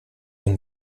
ein